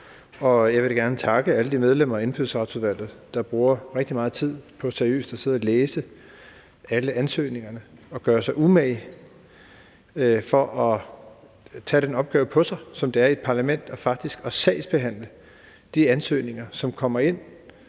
jeg vil gerne takke alle de medlemmer af Indfødsretsudvalget, der bruger rigtig meget tid på seriøst at sidde og læse alle ansøgningerne og gør sig umage for at tage den opgave på sig, som det faktisk er i et parlament at sagsbehandle de ansøgninger, som kommer ind.